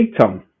Tom